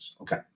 Okay